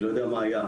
אני לא יודע מה היה,